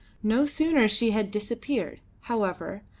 no sooner she had disappeared, however,